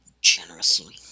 generously